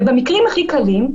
ובמקרים הכי קלים,